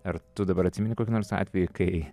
ar tu dabar atsimeni kokį nors atvejį kai